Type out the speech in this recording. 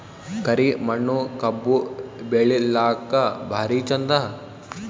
ಕರಿ ಮಣ್ಣು ಕಬ್ಬು ಬೆಳಿಲ್ಲಾಕ ಭಾರಿ ಚಂದ?